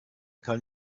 kann